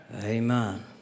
Amen